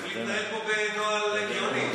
צריך להתנהל בנוהל הגיוני,